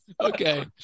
Okay